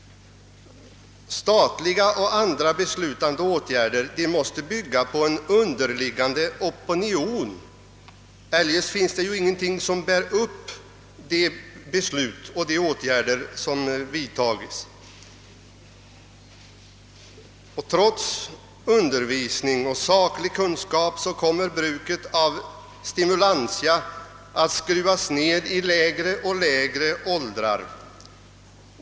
Statliga och andra åtgärder måste bygga på en underliggande opinion; eljest finns det ingenting som bär upp de beslut som fattas och de åtgärder som vidtages. Trots undervisning och saklig kunskap kommer bruket av stimulantia att skruvas ned i allt lägre åldrar.